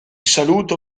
saluto